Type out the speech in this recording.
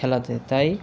খেলাতে তাই